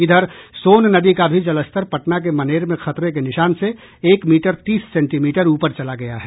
इधर सोन नदी का भी जलस्तर पटना के मनेर में खतरे के निशान से एक मीटर तीस सेंटीमीटर ऊपर चला गया है